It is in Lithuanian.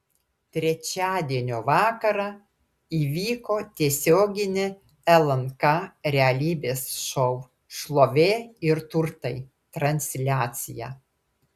trečiadienio vakarą įvyko tiesioginė lnk realybės šou šlovė ir turtai transliacija